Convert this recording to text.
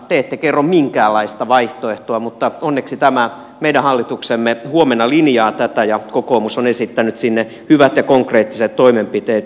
te ette kerro minkäänlaista vaihtoehtoa mutta onneksi tämä meidän hallituksemme huomenna linjaa tätä ja kokoomus on esittänyt sinne hyvät ja konkreettiset toimenpiteet